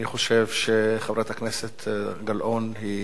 אני חושב שחברת הכנסת גלאון היא